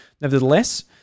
nevertheless